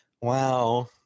Wow